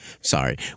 Sorry